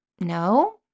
No